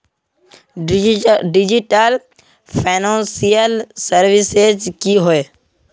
Digital financial services की होय?